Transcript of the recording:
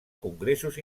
congressos